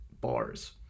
bars